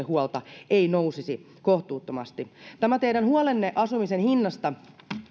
huolta ei nousisi kohtuuttomasti tämä teidän huolenne asumisen hinnasta